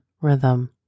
rhythm